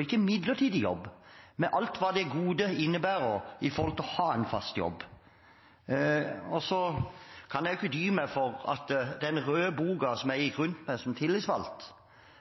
ikke en midlertidig jobb – med alle de goder det innebærer å ha en fast jobb. Så kan jeg ikke dy meg for å si at den røde boka som jeg gikk rundt med som tillitsvalgt,